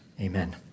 amen